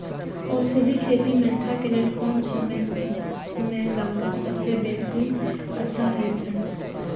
औषधि खेती मेंथा के लेल कोन समय में लगवाक सबसँ बेसी अच्छा होयत अछि?